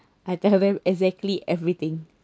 I tell them exactly everything